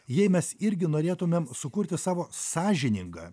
jei mes irgi norėtumėm sukurti savo sąžiningą